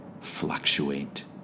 fluctuate